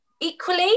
Equally